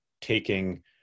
taking